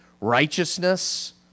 righteousness